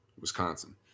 Wisconsin